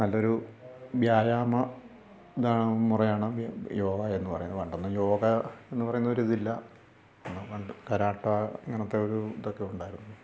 നല്ലൊരു വ്യായാമ ഇതാണ് മുറയാണ് യോഗ എന്നു പറയുന്ന പണ്ടൊന്നും യോഗ എന്നു പറയുന്നൊരു ഇതില്ല അന്ന് പണ്ട് കാരാട്ടെ അങ്ങനത്തെ ഒരു ഇതൊക്കെ ഉണ്ടായിരുന്നു